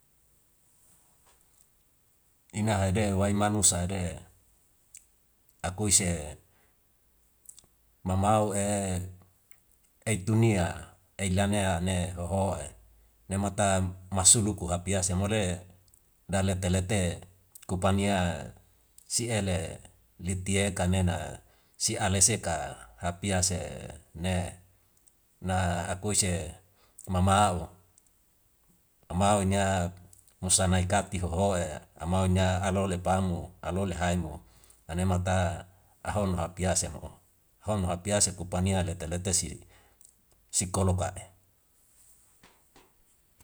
Ina hede wai manu sa ede akuise mamau ei tunia ei lanea ne hoho nemata masuluku hapiase mo le da lete lete ku pania si ele litieka nena si ale seka hapiase ne na akuise mamau. Mamau ina musa nai kati hohoe amau ina alole pamu, anole haimu ane mata ahono hapiase mo hono hapiase kupa nia lete lete si sikolo ka.